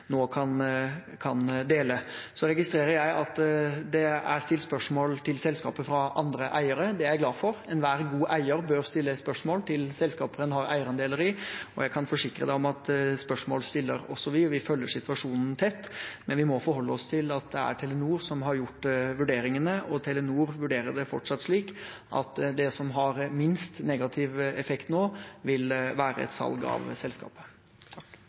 kan dele. Så registrerer jeg at det er stilt spørsmål til selskapet fra andre eiere. Det er jeg glad for. Enhver god eier bør stille spørsmål til selskaper en har eierandeler i. Jeg kan forsikre om at vi også stiller spørsmål, og vi følger situasjonen tett. Men vi må forholde oss til at det er Telenor som har gjort vurderingene, og Telenor vurderer det fortsatt slik at det som har minst negativ effekt nå, vil være et salg av selskapet.